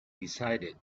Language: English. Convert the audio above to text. decided